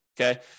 okay